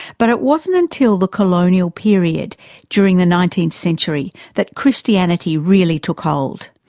but it wasn't until the colonial period during the nineteenth century that christianity really took hold.